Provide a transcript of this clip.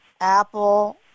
Apple